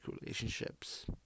relationships